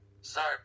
Sorry